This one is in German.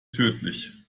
tödlich